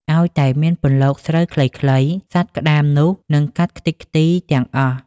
អោយតែមានពន្លកស្រូវខ្ចីៗ សត្វក្ដាមនោះនឹងកាត់ខ្ទេចខ្ទីរទាំងអស់ ។